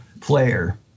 player